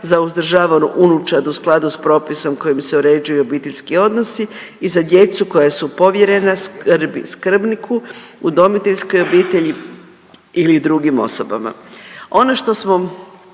za uzdržavanu unučad u skladu s propisom s kojim se uređuju obiteljski odnosi i za djecu koja su povjerena skrbi skrbniku, udomiteljskoj obitelji ili drugim osobama. Ono što smo